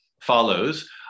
follows